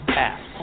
pass